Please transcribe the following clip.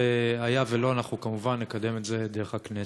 ואם לא, אנחנו כמובן נקדם את זה דרך הכנסת.